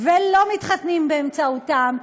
ולא מתחתנים באמצעותם,